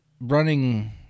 running